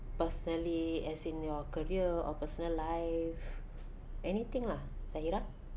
personally as in your career or personal life anything lah zahirah